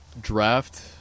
draft